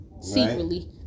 Secretly